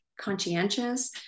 conscientious